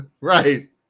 Right